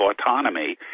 autonomy